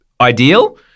ideal